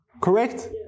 Correct